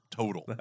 Total